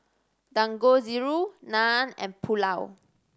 Dangojiru Naan and Pulao